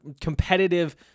competitive